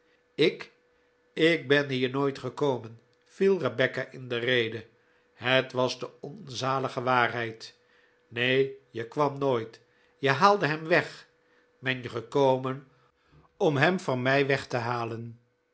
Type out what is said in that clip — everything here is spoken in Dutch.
ik ik ben hier nooit gekomen viel rebecca in de rede het was de onzalige waarheid nee je kwam nooit jij haalde hem weg ben je gekomen om hem van mij weg te halen